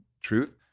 truth